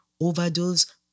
overdose